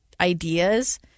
ideas